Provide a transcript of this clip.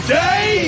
day